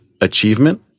achievement